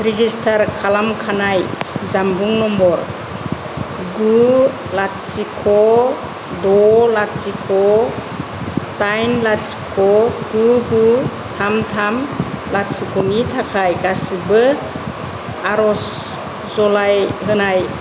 register खालामखानाय जानबुं number गु लाथिख' द' लाथिख' दाइन लाथिख' गु गु थाम थाम लाथिख' नि थाखाय गासैबो आरजलाइ होनाय